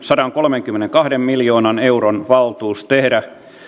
sadankolmenkymmenenkahden miljoonan euron valtuus tehdä